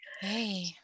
Hey